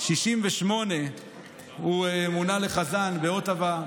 1968 הוא מונה לחזן באוטווה,